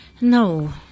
No